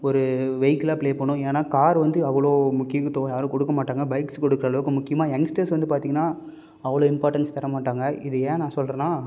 ஒரு வெய்க்குளாக ப்ளே பண்ணும் ஏன்னால் கார் வந்து அவ்வளோ முக்கியத்துவம் யாரும் கொடுக்க மாட்டாங்க பைக்ஸ் கொடுக்கிறளவுக்கு முக்கியமாக எங்ஸ்டர்ஸ் வந்து பார்த்திங்கன்னா அவ்வளோ இம்பார்ட்டன்ஸ் தர மாட்டாங்க இதை ஏன் நான் சொல்கிறேன்னா